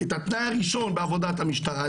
את התנאי הראשון בעבודת המשטרה,